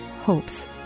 hopes